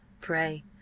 Pray